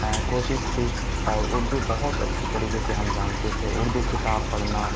کوشش تھی اور اردو بہت اچھے طریقے سے ہم جانتے تھے اردو کتاب پڑھنا